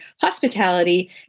hospitality